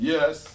Yes